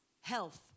Health